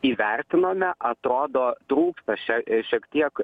įvertinome atrodo trūksta šiai šiek tiek